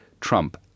Trump